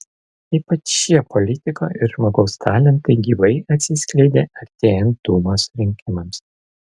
ypač šie politiko ir žmogaus talentai gyvai atsiskleidė artėjant dūmos rinkimams